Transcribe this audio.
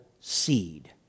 seed